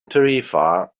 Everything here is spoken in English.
tarifa